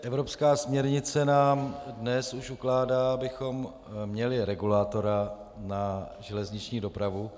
Evropská směrnice nám už dnes ukládá, abychom měli regulátora na železniční dopravu.